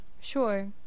sure